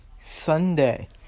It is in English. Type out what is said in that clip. Sunday